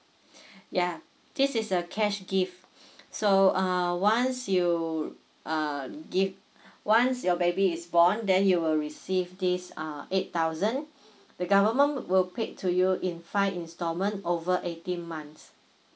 ya this is a cash gift so ah once you err give once your baby is born then you will receive this uh eight thousand the government will paid to you in five instalment over eighteen months